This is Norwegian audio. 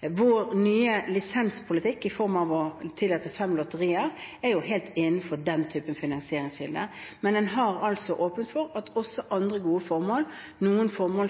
Vår nye lisenspolitikk – i form av å tillate fem lotterier – er helt innenfor den typen finansieringskilde. Men en har altså åpnet for at også andre gode formål – noen av dem er formål